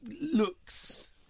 looks